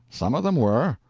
some of them were.